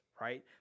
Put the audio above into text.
right